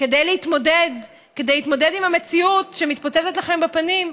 כדי להתמודד עם המציאות שמתפוצצת לכם בפנים,